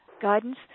guidance